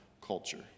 culture